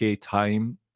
time